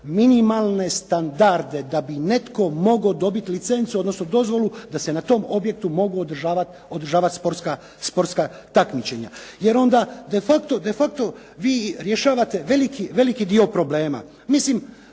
minimalne standarde da bi netko mogao dobiti licencu odnosno dozvolu da se na tom objektu mogu održavati sportska takmičenja jer onda de facto vi rješavate veliki dio problem. Mislim